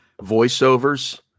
voiceovers